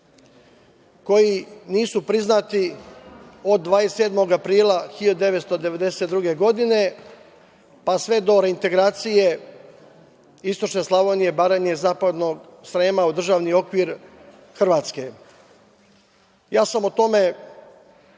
koji nisu priznati od 27. aprila 1992. godine, pa sve do reintegracije istočne Slavonije, Baranje, zapadnog Srema, u državni okvir Hrvatske. Govorio sam o tome